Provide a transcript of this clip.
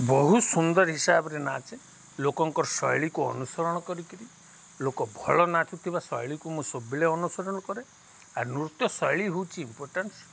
ବହୁ ସୁନ୍ଦର ହିସାବରେ ନାଚେ ଲୋକଙ୍କର ଶୈଳୀକୁ ଅନୁସରଣ କରିକିରି ଲୋକ ଭଲ ନାଚୁଥିବା ଶୈଳୀକୁ ମୁଁ ସବୁବେଳେ ଅନୁସରଣ କରେ ଆର୍ ନୃତ୍ୟ ଶୈଳୀ ହଉଛି ଇମ୍ପୋର୍ଟାନ୍ସ